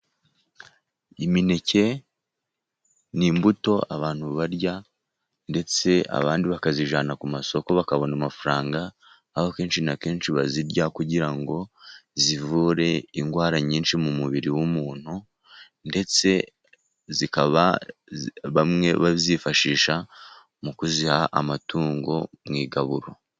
Imineke ni imbuto abantu barya ndetse abandi bakazijyana ku masoko bakabona amafaranga, aho akenshi na kenshi bazirya kugira ngo zivure indwara nyinshi mu mubiri w'umuntu, ndetse zikaba bamwe bazifashisha mu kuziha amatungo mu igaburo.